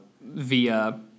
via